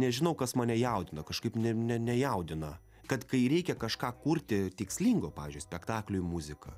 nežinau kas mane jaudina kažkaip ne nejaudina kad kai reikia kažką kurti tikslingo pavyzdžiui spektakliui muziką